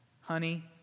honey